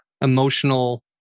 emotional